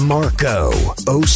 Marco